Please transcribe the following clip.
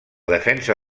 defensa